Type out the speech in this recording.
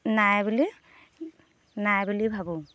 নাই বুলি নাই বুলি ভাবোঁ